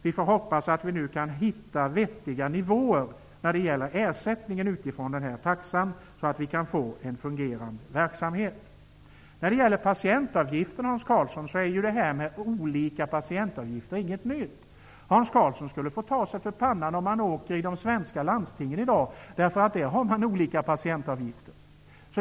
Vi får hoppas att vi nu kan hitta vettiga nivåer när det gäller ersättningen på grundval av taxan, så att vi kan få en fungerande verksamhet. När det gäller patientavgiften vill jag säga att olika patientavgifter inte är någonting nytt. Hans Karlsson skulle få ta sig för pannan om han åkte runt i de svenska landstingen i dag -- där har man olika patientavgifter.